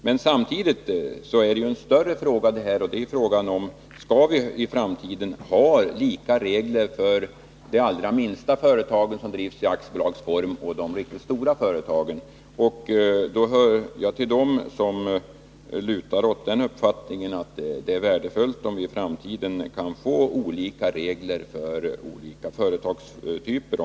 Men en större fråga är samtidigt: Skall vi i framtiden har lika regler för de allra minsta företag som drivs i aktiebolagsform och de riktigt stora företagen? Jag hör till dem som lutar åt uppfattningen att det är värdefullt, om vi i framtiden kan få olika regler för olika företagstyper.